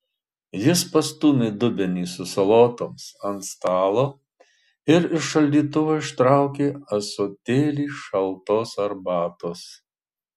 jis pastūmė dubenį su salotoms ant stalo ir iš šaldytuvo ištraukė ąsotėlį šaltos arbatos